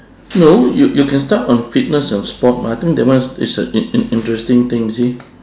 no you you can start on fitness and sport mah I think that one is a in~ in~ interesting thing you see